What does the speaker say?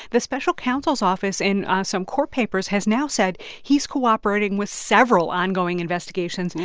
the special counsel's office, in some court papers, has now said he's cooperating with several ongoing investigations,